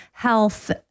health